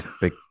Big